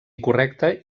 incorrecta